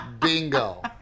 Bingo